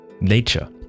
nature